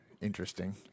interesting